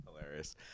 Hilarious